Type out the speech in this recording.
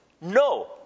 No